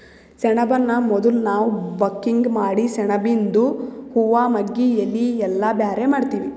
ಸೆಣಬನ್ನ ಮೊದುಲ್ ನಾವ್ ಬಕಿಂಗ್ ಮಾಡಿ ಸೆಣಬಿಯಿಂದು ಹೂವಾ ಮಗ್ಗಿ ಎಲಿ ಎಲ್ಲಾ ಬ್ಯಾರೆ ಮಾಡ್ತೀವಿ